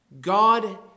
God